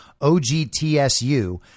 OGTSU